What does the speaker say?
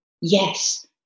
yes